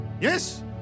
yes